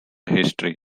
history